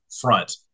front